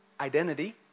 identity